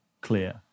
clear